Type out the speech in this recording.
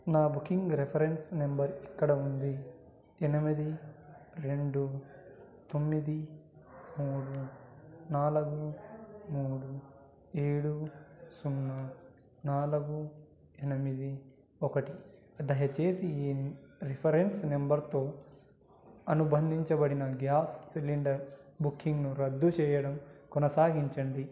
నా booking reference number ఇక్కడ ఉంది ఎనిమిది రెండు తొమ్మిది మూడు నాలుగు మూడు ఏడు సున్నా నాలుగు ఎనిమిది ఒకటి దయచేసి ఈ రిఫరెన్స్ నంబర్తో అనుబంధించబడిన గ్యాస్ సిలిండర్ బుకింగ్ను రద్దు చెయ్యడం కొనసాగించండి